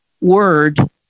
word